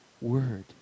Word